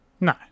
No